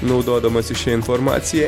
naudodamasis šia informacija